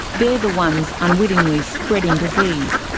they are the ones unwittingly spreading disease.